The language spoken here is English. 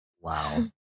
Wow